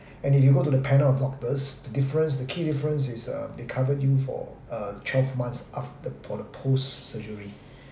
and if you go to the panel of doctors the difference the key difference is um they cover you for uh twelve months after for the post surgery